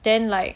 then like